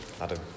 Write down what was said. Adam